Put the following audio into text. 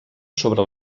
sobre